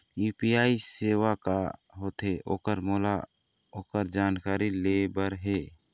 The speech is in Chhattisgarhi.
यू.पी.आई सेवा का होथे ओकर मोला ओकर जानकारी ले बर हे?